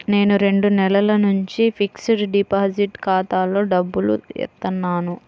నేను రెండు నెలల నుంచి ఫిక్స్డ్ డిపాజిట్ ఖాతాలో డబ్బులు ఏత్తన్నాను